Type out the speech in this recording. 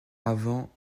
avant